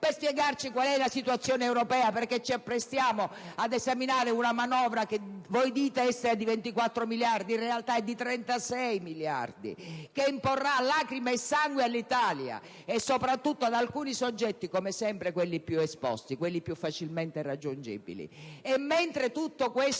per spiegarci qual è la situazione europea, perché ci apprestiamo ad esaminare una manovra - che voi dite essere di 24 miliardi di euro, ma in realtà è di 36 miliardi - che imporrà lacrime e sangue all'Italia e soprattutto ad alcuni soggetti, come sempre quelli più esposti, quelli più facilmente raggiungibili.